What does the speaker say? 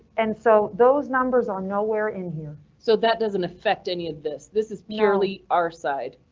and so those numbers are nowhere in here, so that doesn't affect any of this. this is purely our side.